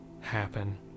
happen